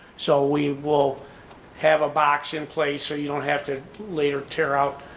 so we will have a box in place so you don't have to later tear out